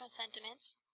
sentiments